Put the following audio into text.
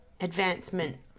advancement